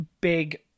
big